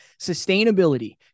sustainability